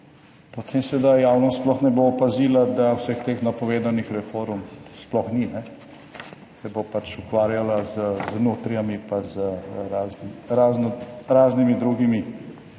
potem seveda javnost sploh ne bo opazila, da vseh teh napovedanih reform sploh ni. Se bo pač ukvarjala z nutrijami, pa z razno raznimi drugimi